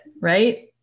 right